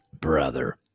Brother